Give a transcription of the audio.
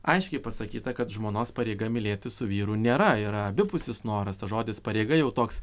aiškiai pasakyta kad žmonos pareiga mylėtis su vyru nėra yra abipusis noras tas žodis pareiga jau toks